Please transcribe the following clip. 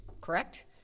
correct